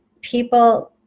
People